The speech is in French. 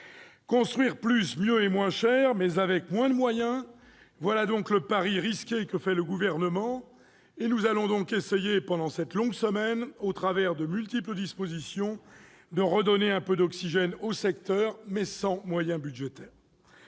Construire plus, mieux et moins cher, mais avec moins de moyens : voilà donc le pari risqué du Gouvernement. Nous allons essayer pendant cette longue semaine, à travers de multiples dispositions, de redonner un peu d'oxygène au secteur, mais sans moyens budgétaires.